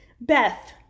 Beth